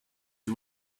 you